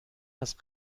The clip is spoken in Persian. است